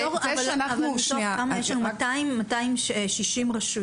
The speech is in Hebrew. אבל יש לנו 260 רשויות,